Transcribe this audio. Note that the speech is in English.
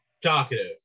talkative